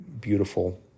beautiful